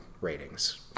ratings